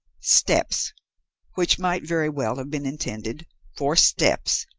steps which might very well have been intended for steppes,